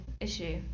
issue